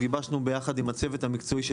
מועצת החלב, גיבשנו יחד עם הצוות המקצועי של